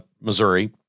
Missouri